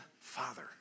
Father